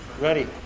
Ready